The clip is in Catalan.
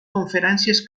conferències